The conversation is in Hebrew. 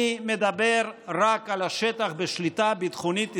אני מדבר רק על השטח בשליטה ביטחונית ישראלית,